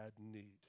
need